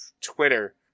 Twitter